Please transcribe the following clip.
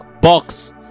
box